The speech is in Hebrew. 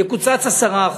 יקוצץ 10%,